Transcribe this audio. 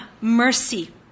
mercy